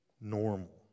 normal